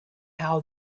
how